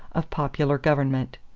of popular government.